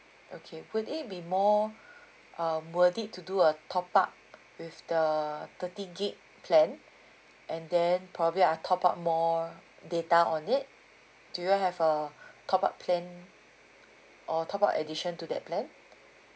okay would it be more um worth it to do a top up with the thirty gig plan and then probably I top up more data on it do you have a top up plan or top up addition to that plan